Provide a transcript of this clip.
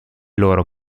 loro